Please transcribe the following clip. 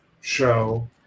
show